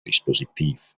dispositif